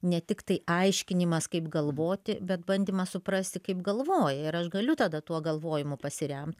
ne tiktai aiškinimas kaip galvoti bet bandymas suprasti kaip galvoja ir aš galiu tada tuo galvojimu pasiremt